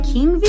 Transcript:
King